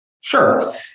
Sure